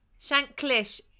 Shanklish